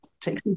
take